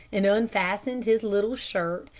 and unfastened his little shirt,